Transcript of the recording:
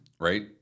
right